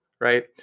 right